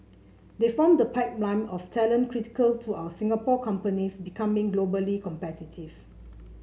they form the pipeline of talent critical to our Singapore companies becoming globally competitive